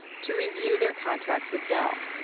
to review their contracts with dell.